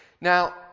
Now